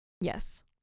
Yes